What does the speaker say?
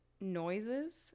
noises